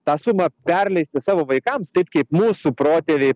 tą sumą perleisti savo vaikams taip kaip mūsų protėviai